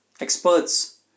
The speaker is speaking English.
experts